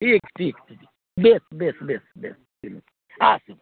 ठीक ठीक ठीक बेस बेस बेस अच्छा